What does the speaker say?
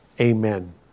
Amen